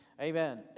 Amen